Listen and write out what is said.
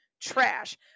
trash